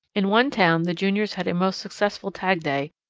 in one town the juniors had a most successful tag day,